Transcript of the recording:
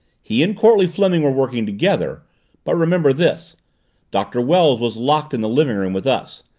he and courtleigh fleming were working together but remember this doctor wells was locked in the living-room with us.